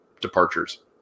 departures